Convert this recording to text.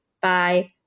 Bye